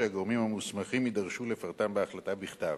שהגורמים המוסמכים יידרשו לפרטן בהחלטה בכתב.